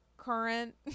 Current